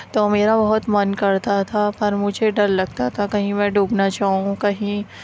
تو میرا بہت من کرتا تھا پر مجھے ڈر لگتا تھا کہیں میں ڈوب نہ جاؤں کہیں